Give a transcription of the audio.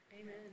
Amen